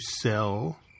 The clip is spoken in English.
sell